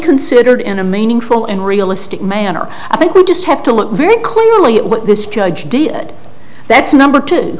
considered in a meaningful and realistic manner i think we just have to look very clearly at what this judge did that's number two